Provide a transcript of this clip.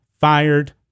fired